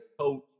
coach